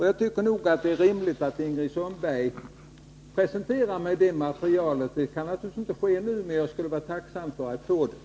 Jag tycker nog att det är rimligt att Ingrid Sundberg presenterar mig det material hon talar om. Det kan naturligtvis inte ske nu, men jag skulle vara tacksam för att få det.